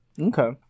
Okay